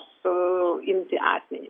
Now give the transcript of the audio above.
suimti asmenį